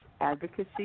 advocacy